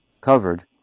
covered